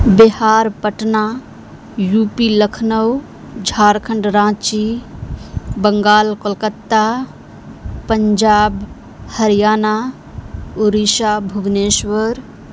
Bihar Patna U P Lucknow Jharkhand Ranchi Bengal Kolkata Punjab Haryana Odisha Bhubaneswar